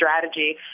strategy